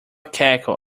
cackle